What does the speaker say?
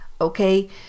okay